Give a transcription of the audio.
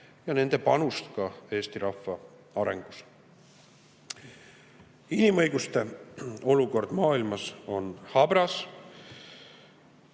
ja nende panust Eesti rahva arengusse. Inimõiguste olukord maailmas on habras.